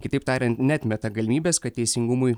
kitaip tariant neatmeta galimybės kad teisingumui